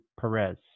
perez